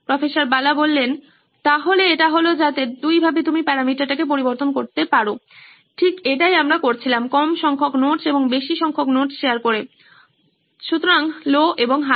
প্রফ্ বালা সুতরাং এটা হলো যাতে দুইভাবে তুমি প্যারামিটার টাকে পরিবর্তন করাতে পারো ঠিক এটাই আমরা করেছিলাম কম সংখ্যক নোটস এবং বেশি সংখ্যক নোটস শেয়ার করে সুতরাং লো এবং হাই